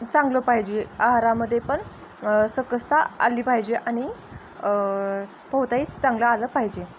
चांगलं पाहिजे आहारामध्ये पण सकसता आली पाहिजे आणि पोहताही चांगलं आलं पाहिजे